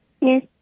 Yes